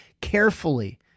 carefully